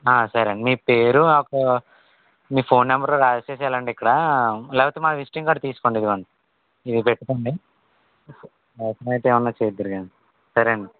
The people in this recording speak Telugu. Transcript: సరే అండి మీ పేరు మీ ఫోన్ నంబర్ రాసేసి వెళ్ళండి ఇక్కడా లేకపోతే మా విసిటింగ్ కార్డ్ తీసుకోండి ఇదిగోండి ఇది పెట్టుకోండి అవసరమైతే ఏమన్నా చేద్దురు కాని సరే అండి